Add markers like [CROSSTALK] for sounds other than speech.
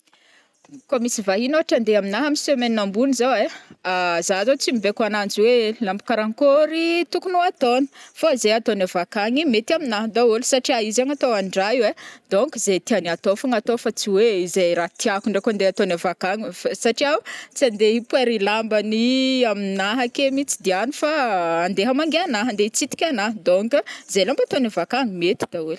Koa misy vahiny ôhatra andeha amina amy semaine zao ai, [HESITATION] za zao tsy mibaiko ananji hoe lamba karankôry tokony ho ataony fa zay ataony avy akagny mety amina daoly satria io zegny atao andra io ai, donc ze tiagny atao foagna ataony fa tsy oe zay ra tiàko ndray ko nde ataony avy akagny satria tsy andeha hipoera ilambany [HESITATION] aminah ake mihitsy diany avy akagny fa andeha amangy anah andeha hitsidika anah donc ze lamba anaovany avy akagny de mety daholy.